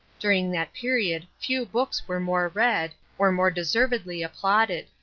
during that period few books were more read, or more deservedly applauded.